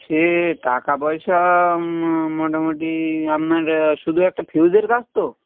সে টাকা পয়সা মোটামুটি আপনার শুধু একটা ফিউজের কাজ তো